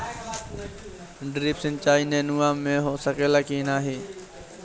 Drip सिंचाई नेनुआ में हो सकेला की नाही?